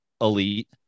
elite